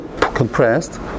Compressed